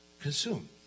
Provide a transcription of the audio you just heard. Consume